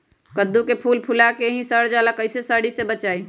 कददु के फूल फुला के ही सर जाला कइसे सरी से बचाई?